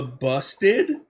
busted